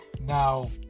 Now